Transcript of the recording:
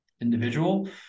individual